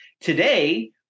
today